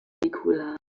nicola